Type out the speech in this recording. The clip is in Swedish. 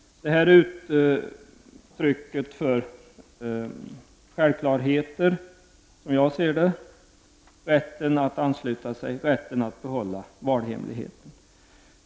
Det här är uttryck för självklarheter, som jag ser det: rätten att ansluta sig, rätten att behålla valhemligheten.